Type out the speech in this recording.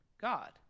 God